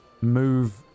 move